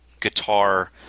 guitar